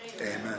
Amen